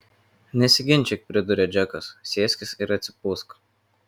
nesiginčyk priduria džekas sėskis ir atsipūsk